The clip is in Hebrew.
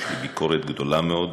יש לי ביקורת גדולה מאוד,